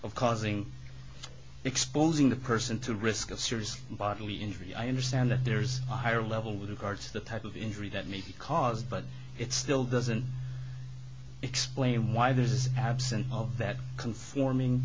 of causing exposing the person to risk of serious bodily injury i understand that there is a higher level with regard to the type of injury that maybe caused but it still doesn't explain why this is absent of that conforming